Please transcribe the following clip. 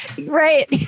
Right